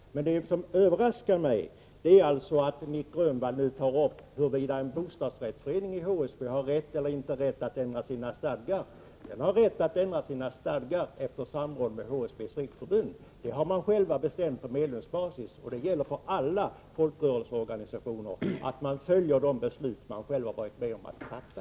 Men det som överraskar mig är att Nic Grönvall nu tar upp frågan huruvida en bostadsrättsförening inom HSB har rätt eller inte rätt att ändra sina stadgar. Den har rätt att ändra sina stadgar efter samråd med HSB:s riksförbund. Detta har man själv bestämt på medlemsbasis — och det gäller för alla folkrörelseorganisationer, att man följer de beslut man själv har varit med om att fatta.